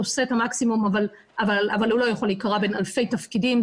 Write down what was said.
עושה את המקסימום אבל הוא לא יכול להיקרע בין אלפי תפקידים.